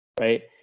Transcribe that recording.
right